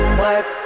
work